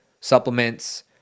supplements